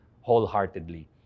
wholeheartedly